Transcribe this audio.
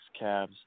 Cavs